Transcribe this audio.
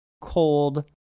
cold